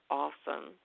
awesome